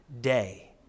day